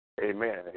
Amen